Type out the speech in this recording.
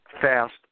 fast